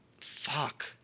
Fuck